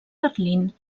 berlín